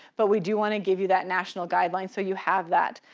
but we do wanna give you that national guideline, so you have that.